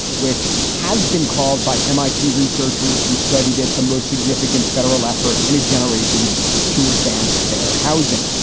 which has been called by mit researchers who studied it the most significant federal effort in a generation to advance fair housing.